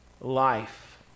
life